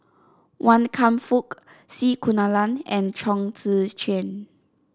Wan Kam Fook C Kunalan and Chong Tze Chien